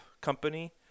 company